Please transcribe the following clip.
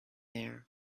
here